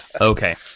Okay